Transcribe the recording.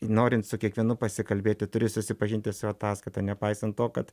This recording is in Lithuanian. norint su kiekvienu pasikalbėti turi susipažinti su ataskaita nepaisant to kad